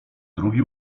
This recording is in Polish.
drugi